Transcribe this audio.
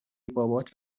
بابات